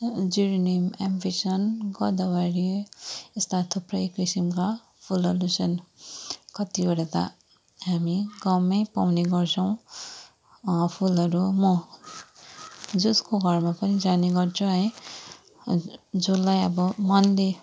geranium impatiens गदावरी यस्ता थुप्रै किसिमका फुलहरू छन् कतिवटा त हामी गाउँमै पाउने गर्छौँ फुलहरू म जसको घरमा पनि जाने गर्छु है जसलाई अब मनले